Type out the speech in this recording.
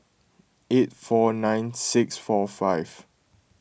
eight four nine six four five